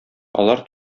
алар